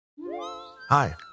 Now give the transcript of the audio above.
Hi